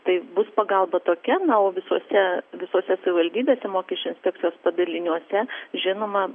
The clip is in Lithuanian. tai bus pagalba tokia na o visose visose savivaldybėse mokesčių inspekcijos padaliniuose žinoma